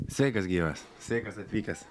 sveikas gyvas sveikas atvykęs